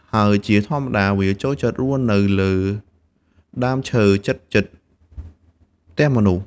ហើយជាធម្មតា វាចូលចិត្តរស់នៅលើដើមឈើជិតៗផ្ទះមនុស្ស។